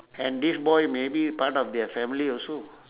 and this boy maybe part of their family also